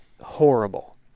horrible